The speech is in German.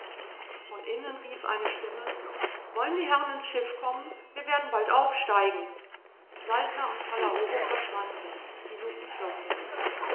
von innen rief eine stimme wollen die herren ins schiff kommen wir werden bald aufsteigen saltner und palaoro verschwanden die luken schlossen sich